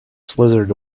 slithered